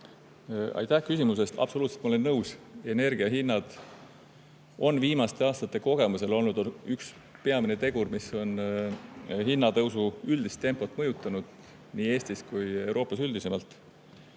Aitäh küsimuse eest! Absoluutselt, ma olen nõus. Energia hinnad on viimaste aastate kogemuste kohaselt olnud üks peamine tegur, mis on hinnatõusu üldist tempot mõjutanud nii Eestis kui ka Euroopas üldisemalt.